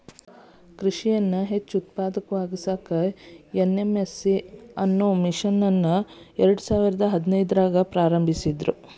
ಕೃಷಿಯನ್ನ ಹೆಚ್ಚ ಉತ್ಪಾದಕವಾಗಿಸಾಕ ಎನ್.ಎಂ.ಎಸ್.ಎ ಅನ್ನೋ ಮಿಷನ್ ಅನ್ನ ಎರ್ಡಸಾವಿರದ ಹದಿನೈದ್ರಾಗ ಪ್ರಾರಂಭಿಸಿದ್ರು